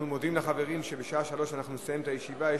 אנחנו מודיעים לחברים שבשעה 15:00 בדיוק אנחנו נסיים את הישיבה.